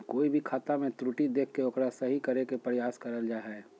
कोय भी खाता मे त्रुटि देख के ओकरा सही करे के प्रयास करल जा हय